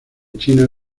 china